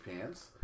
Pants